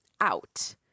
out